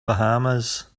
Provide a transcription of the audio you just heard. bahamas